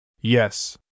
Yes